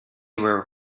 were